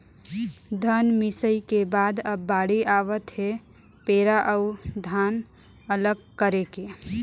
धन मिंसई के बाद अब बाड़ी आवत हे पैरा अउ धान अलग करे के